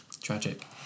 Tragic